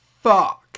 fuck